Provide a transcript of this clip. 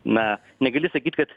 na negali sakyt kad